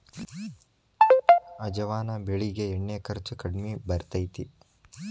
ಅಜವಾನ ಬೆಳಿಗೆ ಎಣ್ಣಿ ಖರ್ಚು ಕಡ್ಮಿ ಬರ್ತೈತಿ